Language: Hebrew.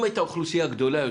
אם הייתה אוכלוסייה גדולה יותר,